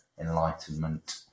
enlightenment